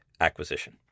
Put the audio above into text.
acquisition